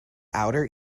outer